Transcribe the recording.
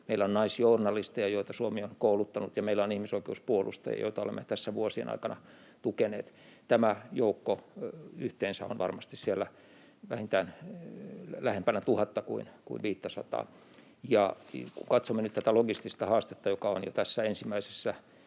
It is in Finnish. meillä on naisjournalisteja, joita Suomi on kouluttanut, ja meillä on ihmisoikeuksien puolustajia, joita olemme tässä vuosien aikana tukeneet. Tämä joukko yhteensä on varmasti siellä vähintään lähempänä tuhatta kuin viittäsataa. Kun katsomme nyt tätä logistista haastetta, joka on jo tässä ensimmäisessä